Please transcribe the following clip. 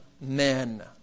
men